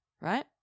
right